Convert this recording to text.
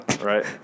right